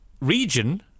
region